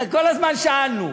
כל הזמן שאלנו.